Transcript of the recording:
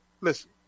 Listen